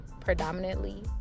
predominantly